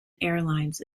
airlines